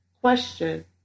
Question